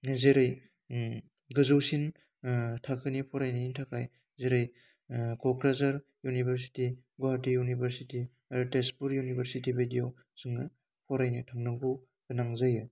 नोजोरै गोजौसिन थाखोनि फरायनायनि थाखाय जेरै क'क्राझार इउनिभारसिटि गुवाहाटी इउनिभारसिटि आरो तेजपुर इउनिभारसिटि बायदियाव जोङो फरायनो थांनांगौ गोनां जायो